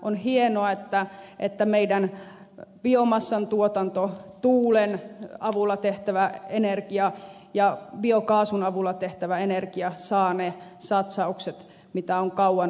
on hienoa että meidän biomassan tuotanto tuulen avulla tehtävä energia ja biokaasun avulla tehtävä energia saavat ne satsaukset joita on kauan odotettu